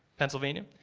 pennsylvania.